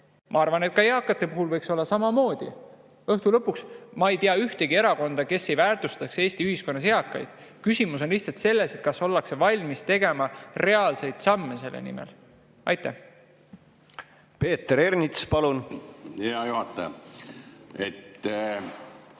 Ma arvan, et ka eakate puhul võiks olla samamoodi. Õhtu lõpuks ma ei tea ühtegi erakonda, kes ei väärtustaks Eesti ühiskonnas eakaid. Küsimus on lihtsalt selles, kas ollakse valmis tegema reaalseid samme selle nimel. Peeter Ernits, palun! Peeter